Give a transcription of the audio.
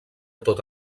tot